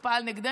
הוא פעל נגדנו,